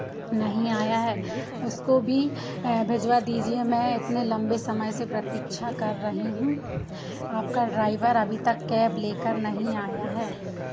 नहीं आया है उसको भी भिजवा दीजिए मैं इतने लंबे समय से प्रतीक्षा कर रही हूँ आपका ड्राइवर अभी तक कैब लेकर नहीं आया है